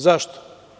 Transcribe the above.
Zašto?